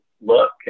look